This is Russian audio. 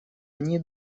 они